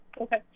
Okay